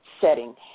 setting